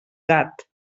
gat